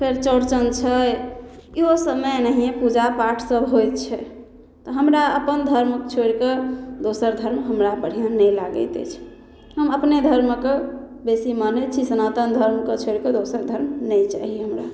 फेर चौरचन छै इहो सभमे एनाहिये पूजा पाठ सभ होइ छै तऽ हमरा अपन धर्म छोड़िकऽ दोसर धर्म हमरा बढ़िआँ नहि लागैत अछि हम अपने धर्मक बेसी मानय छी सनातन धर्मके छोड़िकऽ दोसर धर्म नहि चाही हम रा